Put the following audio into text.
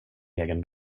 egen